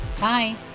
Bye